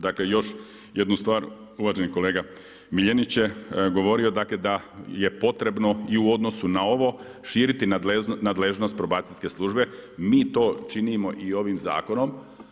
Dakle još jednu stvar, uvaženi kolega Miljenić je govorio da je potrebno i u odnosu na ovo širiti nadležnost probacijske službe, mi to činimo i ovim zakonom.